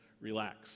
relax